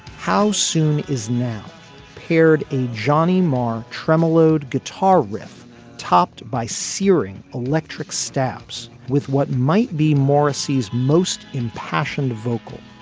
how soon is now paired a johnny marr tremolo guitar riff topped by searing electric stamps with what might be morrissey's most impassioned vocal